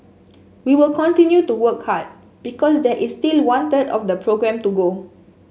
we will continue to work hard because there is still one third of the programme to go